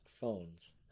phones